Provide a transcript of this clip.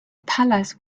palace